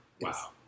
Wow